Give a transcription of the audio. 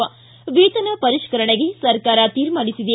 ವೇತನ ಪರಿಷ್ಕರಣೆಗೆ ಸರ್ಕಾರ ತೀರ್ಮಾನಿಸಿದೆ